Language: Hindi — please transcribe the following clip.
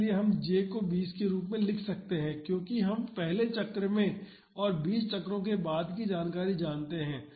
इसलिए हम j को 20 के रूप में ले सकते हैं क्योंकि हम पहले चक्र में और 20 चक्रों के बाद की जानकारी जानते हैं